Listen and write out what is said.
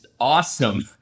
awesome